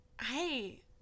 hey